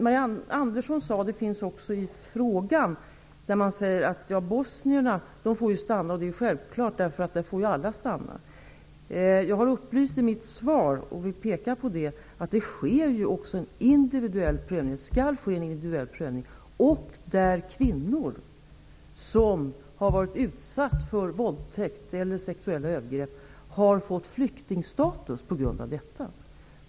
Marianne Andersson sade någonting om att bosnierna självklart alltid får stanna. Jag upplyste i mitt svar om att en individuell prövning skall göras där kvinnor som har varit utsatta för våldtäkt och sexuella övergrepp får flyktingstatus på grund av detta.